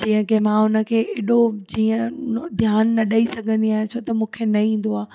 जीअं की मां हुन खे एॾो जीअं ध्यान न ॾई सघंदी आहियां छो त मूंखे न ईंदो आहे